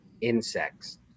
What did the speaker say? insects